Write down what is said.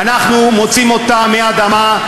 אנחנו מוציאים אותה מהאדמה,